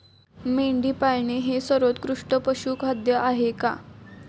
मेंढी पाळणे हे सर्वोत्कृष्ट पशुखाद्य आहे का?